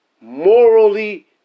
morally